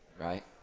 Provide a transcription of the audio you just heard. right